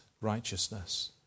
righteousness